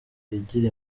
igira